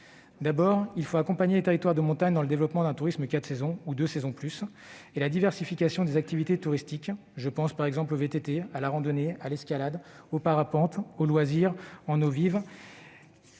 d'abord, il faut accompagner les territoires de montagne dans le développement d'un tourisme « 4 saisons » ou « 2 saisons plus », ainsi que dans la diversification des activités touristiques, qu'il s'agisse du VTT, de la randonnée, de l'escalade, du parapente, des loisirs en eau vive,